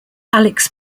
alex